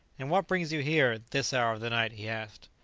and what brings you here, this hour of the night? he asked.